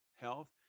health